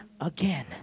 again